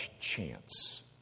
chance